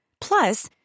Plus